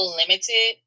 limited